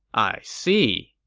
i see